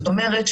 זאת אומרת,